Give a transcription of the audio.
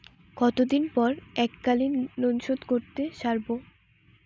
কতদিন পর এককালিন লোনশোধ করতে সারব?